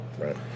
Right